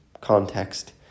context